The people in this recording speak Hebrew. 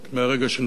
מהרגע שנחליט.